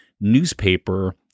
newspaper